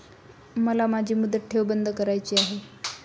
मला माझी मुदत ठेव बंद करायची आहे